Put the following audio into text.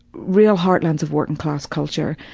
real heartlands of working class culture,